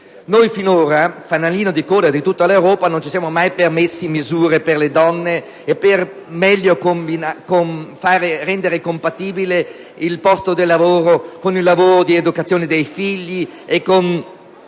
Noi finora, fanalino di coda di tutta l'Europa, non ci siamo mai permessi misure a favore delle donne e per meglio rendere compatibile il posto di lavoro con l'educazione dei figli e la